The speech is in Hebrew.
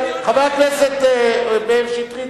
חבר הכנסת מאיר שטרית,